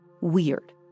weird